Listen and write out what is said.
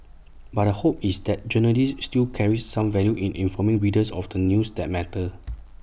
but the hope is that journalism still carries some value in informing readers of the news that matter